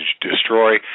destroy